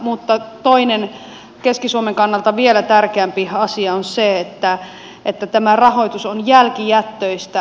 mutta toinen keski suomen kannalta vielä tärkeämpi asia on se että tämä rahoitus on jälkijättöistä